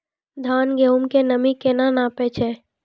धान, गेहूँ के नमी केना नापै छै?